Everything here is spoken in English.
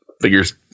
figures